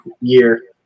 year